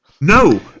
No